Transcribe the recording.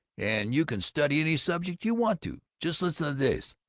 and you can study any subject you want to. just listen to these!